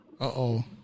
Uh-oh